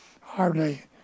hardly